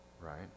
right